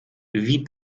wie